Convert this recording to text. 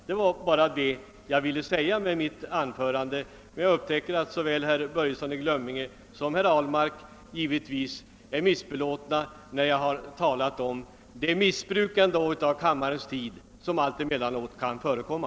Det var bara det jag ville säga med mitt anförande, men såväl herr Börjesson i Glömminge som herr Abhl mark är missbelåtna när jag talar om det missbruk av kammarens tid som alltemellanåt kan förekomma.